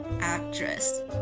Actress